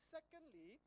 Secondly